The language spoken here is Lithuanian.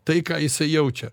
tai ką jisai jaučia